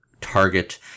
Target